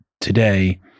today